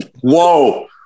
Whoa